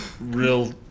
real